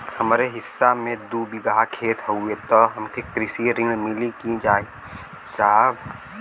हमरे हिस्सा मे दू बिगहा खेत हउए त हमके कृषि ऋण मिल जाई साहब?